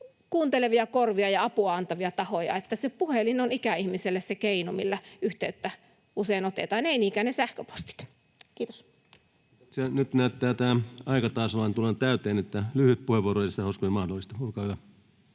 kuuntelevia korvia ja apua antavia tahoja. Puhelin on ikäihmiselle se keino, millä yhteyttä usein otetaan, eivät niinkään ne sähköpostit. — Kiitos. Kiitoksia. — Nyt näyttää tämä aika taas tulevan täyteen. Lyhyt puheenvuoro, jos se, edustaja